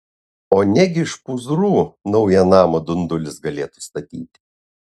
o negi iš pūzrų naują namą dundulis galėtų statyti